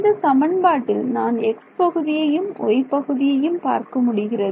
இந்த சமன்பாட்டில் நான் x பகுதியையும் y பகுதியையும் பார்க்க முடிகிறது